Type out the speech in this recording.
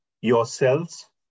yourselves